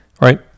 right